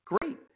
Great